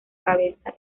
cabeza